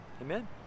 Amen